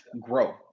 grow